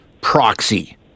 proxy